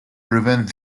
prevent